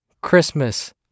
Christmas